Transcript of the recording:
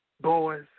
boys